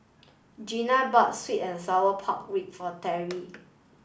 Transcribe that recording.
Gianna bought sweet and sour pork rib for Teri